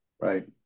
Right